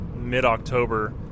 mid-October